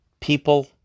People